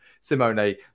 Simone